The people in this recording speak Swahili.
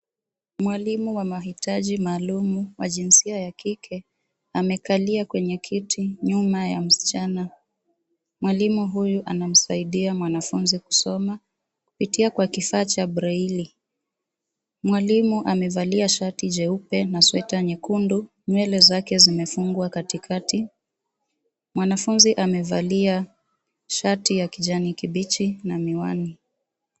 Mwalimu wa mahitaji maalum wa jinsia ya kike. Amekalia kwenye kiti, nyuma ya msichana. Mwalimu huyu anamsaidia mwanafunzi kusoma, kupitia kwa kifaa cha braili. Mwalimu amevalia shati jeupe na sweta nyekundu, nywele zake zimefungwa katikati. Mwanafunzi amevalia shati ya kijani kibichi na miwani.